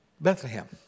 Bethlehem